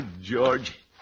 George